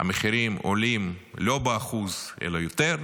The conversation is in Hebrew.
המחירים עולים לא ב-1% אלא יותר,